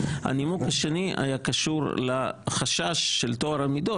הנימוק השני היה קשור לחשש של טוהר המידות,